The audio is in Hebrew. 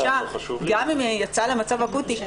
גם אם היא יצאה למצב אקוטי,